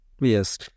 yes